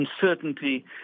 uncertainty